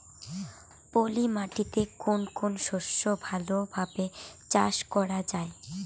পলি মাটিতে কোন কোন শস্য ভালোভাবে চাষ করা য়ায়?